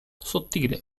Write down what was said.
sottile